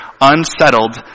unsettled